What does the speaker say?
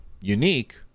unique